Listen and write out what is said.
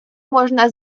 можна